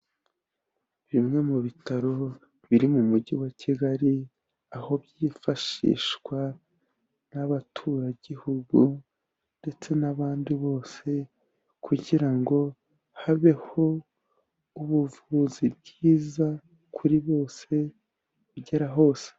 Bimwe mu bitaro biri mu mujyi wa kigali, aho byifashishwa n'abatuye igihugu ndetse n'abandi bose kugira ngo habeho ubuvuzi bwiza kuri bose bugera hose.